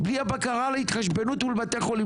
בלי הבקרה על ההתחשבנות מול בתי החולים,